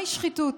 מהי שחיתות?